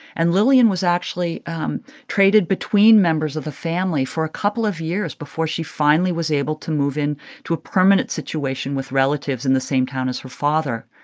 and lillian was actually traded between members of the family for a couple of years before she finally was able to move in to a permanent situation with relatives in the same town as her father.